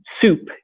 soup